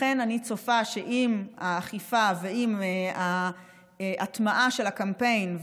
לכן אני צופה שעם האכיפה ועם ההטמעה של הקמפיין,